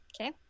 Okay